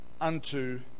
unto